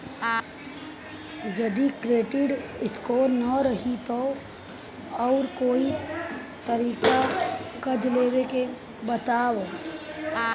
जदि credit score ना रही त आऊर कोई तरीका कर्जा लेवे के बताव?